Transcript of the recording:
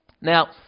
Now